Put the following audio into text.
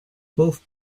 both